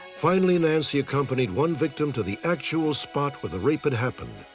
finally, nancy accompanied one victim to the actual spot where the rape had happened.